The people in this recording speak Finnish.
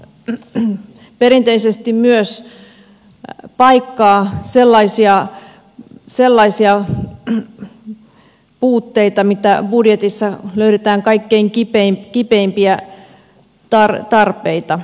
eduskunta perinteisesti myös paikkaa sellaisia puutteita mitä budjetista löydetään kaikkein kipeimpiä tarpeita